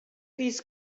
these